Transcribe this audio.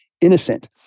innocent